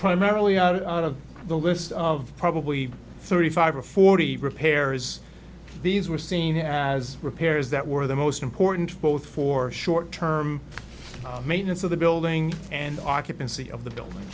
primarily out of the list of probably thirty five or forty repairs these were seen as repairs that were the most important both for short term maintenance of the building and occupancy of the building